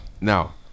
Now